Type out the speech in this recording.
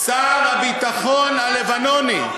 שר הביטחון הלבנוני,